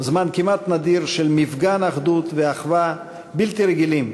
זמן כמעט נדיר של מפגן אחדות ואחווה בלתי רגילות,